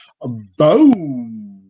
boom